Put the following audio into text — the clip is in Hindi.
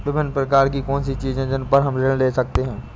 विभिन्न प्रकार की कौन सी चीजें हैं जिन पर हम ऋण ले सकते हैं?